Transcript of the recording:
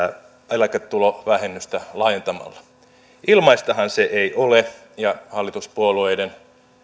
eläketulovähennystä laajentamalla ilmaistahan se ei ole ja hallituspuolueiden